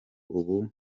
ubu